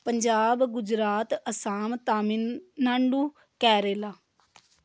Punjab Gujarat Assam Tamil Nadu Kerala